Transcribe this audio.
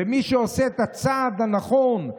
ומי שעושה את הצעד הנכון,